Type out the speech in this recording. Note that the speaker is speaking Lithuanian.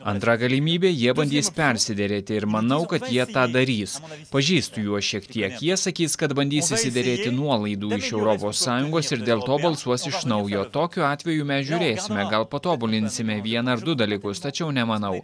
antra galimybė jie bandys persiderėti ir manau kad jie tą darys pažįstu juos šiek tiek jie sakys kad bandys išsiderėti nuolaidų iš europos sąjungos ir dėl to balsuos iš naujo tokiu atveju mes žiūrėsime gal patobulinsime vieną ar du dalykus tačiau nemanau